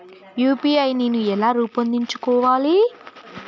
UPI నేను ఎలా రూపొందించుకోవాలి?